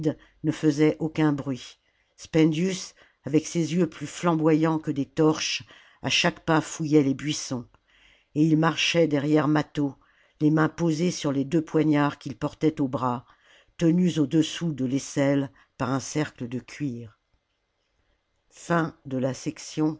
ne faisaient aucun bruit spendius avec ses jeux plus flamboyants que des torches à chaque pas fouillait les buissons et il marchait derrière mâtho les mains posées sur les deux poignards qu'il portait aux bras tenus au-dessous de aisselle par un cercle de cuir